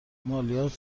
مالیات